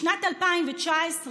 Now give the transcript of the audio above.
בשנת 2019,